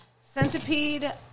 Centipede